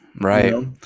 right